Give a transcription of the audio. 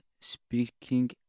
speaking